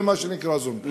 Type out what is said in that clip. זה מה שנקרא זונדה.